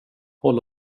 håll